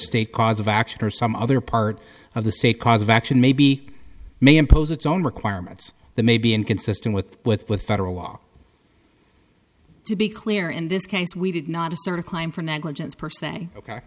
state cause of action or some other part of the state cause of action may be may impose its own requirements the may be inconsistent with with with federal law to be clear in this case we did not assert a claim for negligence per se